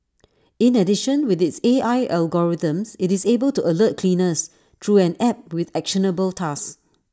in addition with its A I algorithms IT is able to alert cleaners through an app with actionable tasks